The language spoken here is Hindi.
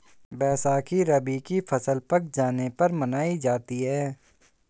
बैसाखी रबी की फ़सल पक जाने पर मनायी जाती है